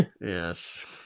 Yes